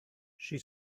she